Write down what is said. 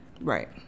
right